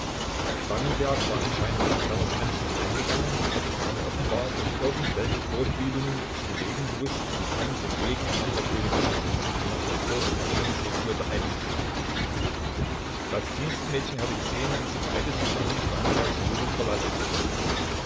spangenberg war anscheinend auf kerners ansinnen eingegangen hatte ihn aber offenbar durch irgend welche vorspiegelung zu bewegen gewußt mit ihm den weg nach der königs chaussee die nach dem vorort mariensee führte einzuschlagen das dienstmädchen hatte gesehen wie sie beide zusammen spangenbergs wohnung verlassen hatten